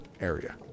area